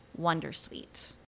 wondersuite